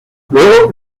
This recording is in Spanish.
luego